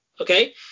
okay